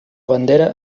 bandera